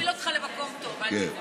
היא תוביל אותך למקום טוב, אל תדאג.